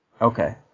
Okay